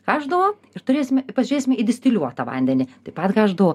haš du o ir turėsime pažiūrėsime į distiliuotą vandenį tai pat haš du o